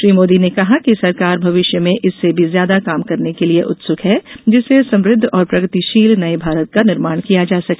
श्री मोदी ने कहा कि सरकार भविष्य में इससे भी ज्यादा काम करने के लिए उत्सुक है जिससे समृद्ध और प्रगतिशील नये भारत का निर्माण किया जा सके